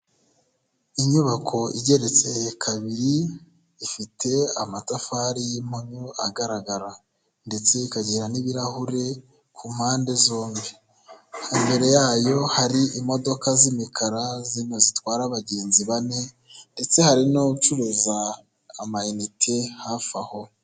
Inyubako igeretse kabiri, ifite amatafari y'impunyu agaragara, ndetse ikagira n'ibirahure ku mpande zombi, imbere yayo hari imodoka z'imikara zino zitwara abagenzi bane, ndetse hari n'ucuruza amayinite hafi aho.